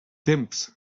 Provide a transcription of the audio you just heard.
temps